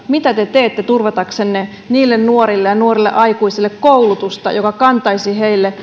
mitä te teette turvataksenne niille nuorille ja nuorille aikuisille koulutusta joka kantaisi